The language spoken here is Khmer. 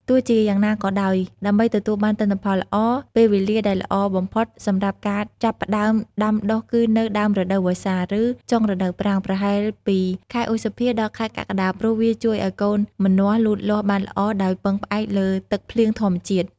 ទោះជាយ៉ាងណាក៏ដោយ ដើម្បីទទួលបានទិន្នផលល្អ ពេលវេលាដែលល្អបំផុតសម្រាប់ការចាប់ផ្តើមដាំដុះគឺនៅ ដើមរដូវវស្សា ឬ ចុងរដូវប្រាំង ប្រហែលពីខែឧសភា ដល់ខែកក្កដា ព្រោះវាជួយឲ្យកូនម្នាស់លូតលាស់បានល្អដោយពឹងផ្អែកលើទឹកភ្លៀងធម្មជាតិ។